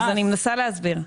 בבקשה, אני מנסה להסביר.